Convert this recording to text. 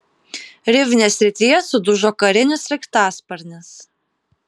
rivnės srityje sudužo karinis sraigtasparnis